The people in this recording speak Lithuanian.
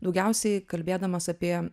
daugiausiai kalbėdamas apie